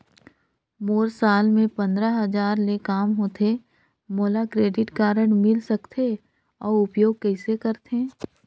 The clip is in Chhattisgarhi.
मोर साल मे पंद्रह हजार ले काम होथे मोला क्रेडिट कारड मिल सकथे? अउ उपयोग कइसे करथे?